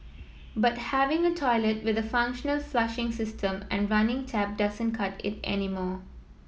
but having a toilet with a functional flushing system and running tap doesn't cut it anymore